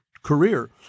career